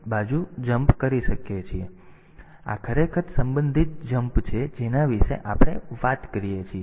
તેથી આ ખરેખર સંબંધિત જમ્પ છે જેના વિશે આપણે વાત કરીએ છીએ